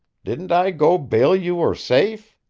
didn't i go bail you were safe?